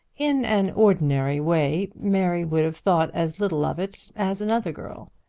in an ordinary way mary would have thought as little of it as another girl.